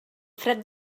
fred